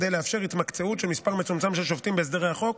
כדי לאפשר התמקצעות של מספר מצומצם של שופטים בהסדרי החוק,